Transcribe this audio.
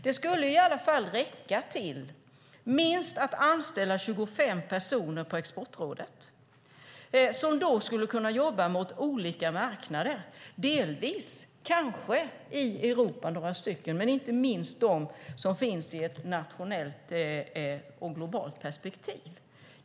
Det skulle i alla fall räcka minst till att anställa 25 personer på Exportrådet som skulle kunna jobba mot olika marknader, delvis kanske några i Europa men inte minst de som finns i ett nationellt och globalt perspektiv.